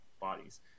bodies